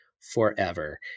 forever